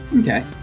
Okay